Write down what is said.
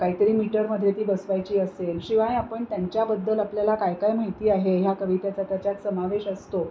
काहीतरी मीटरमध्ये ती बसवायची असेल शिवाय आपण त्यांच्याबद्दल आपल्याला काय काय माहिती आहे ह्या कवितेत त्याच्यात समावेश असतो